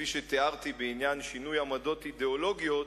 כפי שתיארתי בעניין שינוי עמדות אידיאולוגיות,